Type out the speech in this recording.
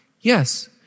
Yes